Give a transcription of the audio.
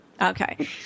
Okay